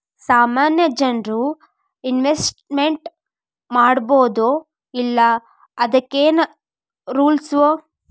ಸಾಮಾನ್ಯ ಜನ್ರು ಇನ್ವೆಸ್ಟ್ಮೆಂಟ್ ಮಾಡ್ಬೊದೋ ಇಲ್ಲಾ ಅದಕ್ಕೇನ್ ರೂಲ್ಸವ?